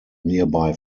nearby